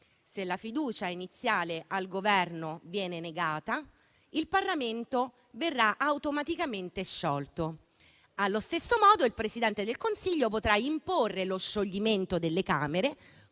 Se la fiducia iniziale al Governo viene negata, il Parlamento verrà automaticamente sciolto. Allo stesso modo, il Presidente del Consiglio potrà imporre lo scioglimento delle Camere,